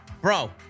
bro